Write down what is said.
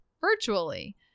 virtually